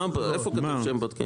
איפה כתוב שהם בודקים?